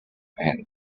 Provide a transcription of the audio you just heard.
and